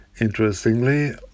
Interestingly